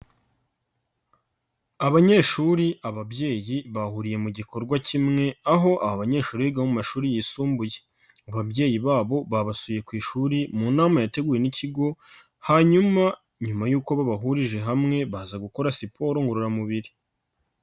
Abanyeshuri, ababyeyi bahuriye mu gikorwa kimwe aho aba banyeshuri biga mu mashuri yisumbuye, ababyeyi babo babasuye ku ishuri mu nama yateguwe n'ikigo, hanyuma nyuma y'uko babahurije hamwe baza gukora siporo ngororamubiri.